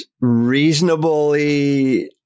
reasonably